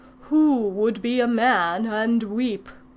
who would be a man and weep?